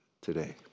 today